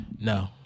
No